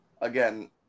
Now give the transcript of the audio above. again